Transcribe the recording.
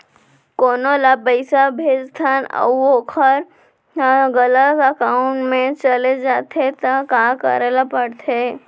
कोनो ला पइसा भेजथन अऊ वोकर ह गलत एकाउंट में चले जथे त का करे ला पड़थे?